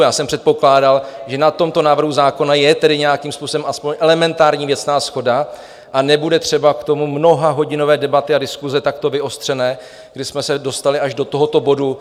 Já jsem předpokládal, že na tomto návrhu zákona je tedy nějakým způsobem aspoň elementární věcná shoda a nebude třeba k tomu mnohahodinové debaty a diskuse takto vyostřené, kdy jsme se dostali až do tohoto bodu ve 23.51.